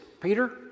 Peter